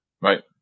Right